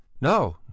no